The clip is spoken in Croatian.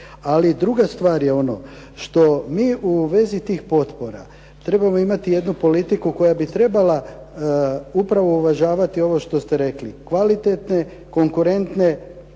druga stvar je ono što mi u vezi tih potpora trebamo imati jednu politiku koja bi trebala upravo uvažavati ovo što ste rekli, kvalitetne, konkurentne